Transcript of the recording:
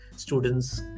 students